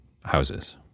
houses